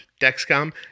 Dexcom